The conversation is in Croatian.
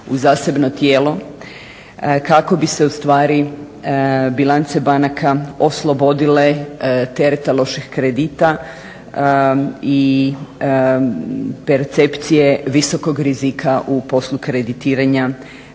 u zasebno tijelo kako bi se u stvari bilance banaka oslobodile tereta loših kredita i percepcije visokog rizika u poslu kreditiranja